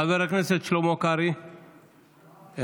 חבר הכנסת שלמה קרעי, איננו.